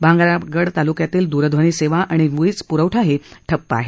भामरागड तालुक्यातील द्रध्वनीसेवा आणि वीजप्रवठा ठप्प आहे